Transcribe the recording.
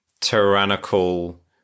tyrannical